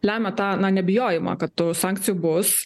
lemia tą nebijojimą kad tų sankcijų bus